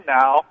now